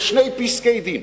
בשני פסקי-דין,